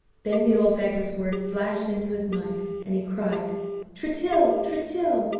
then the old beggar's words flashed into his mind, and he cried tritill, tritill,